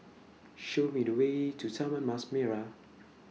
Show Me The Way to Taman Mas Merah